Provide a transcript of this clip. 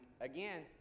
again